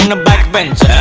and a back bencher.